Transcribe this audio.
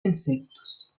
insectos